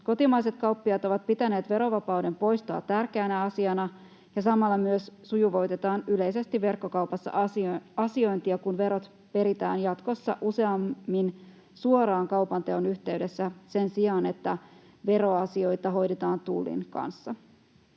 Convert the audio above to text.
Kotimaiset kauppiaat ovat pitäneet verovapauden poistoa tärkeänä asiana, ja samalla myös sujuvoitetaan yleisesti verkkokaupassa asiointia, kun verot peritään jatkossa useammin suoraan kaupanteon yhteydessä sen sijaan, että veroasioita hoidettaisiin Tullin kanssa.